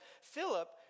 Philip